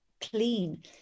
clean